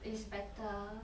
it's better